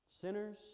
Sinners